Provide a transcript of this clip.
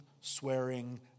swearing